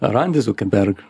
randi zukenberk